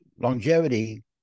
longevity